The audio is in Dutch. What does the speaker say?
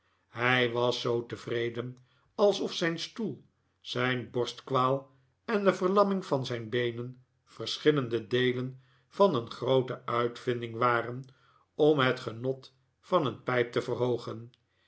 hij was zoo tevreden alsof zijn stoel zijn borstkwaal en de verlamming van zijn beenen verschillende deelen van een groote uitvinding waren om het genot van een pijp te verhoogen